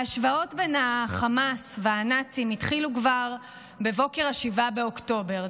ההשוואות בין חמאס והנאצים התחילו כבר בבוקר 7 באוקטובר.